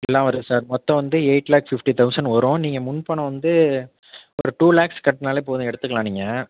எல்லாம் வருது சார் மொத்தம் வந்து எயிட் லேக்ஸ் ஃபிஃப்ட்டி தொளசண்ட் வரும் நீங்கள் முன் பணம் வந்து ஒரு டூ லேக்ஸ் கட்டினாலே போதும் எடுத்துக்கலாம் நீங்கள்